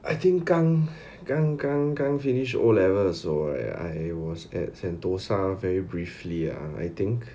I think 刚刚刚刚 finish O level 的时候 I was at sentosa very briefly ah I think